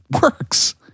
works